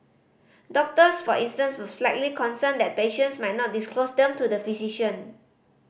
doctors for instance were slightly concerned that patients might not disclose them to the physician